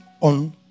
on